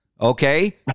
okay